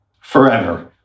forever